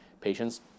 patients